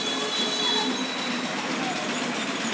लोहड़ी कब है?